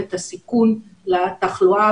שונות.